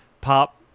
pop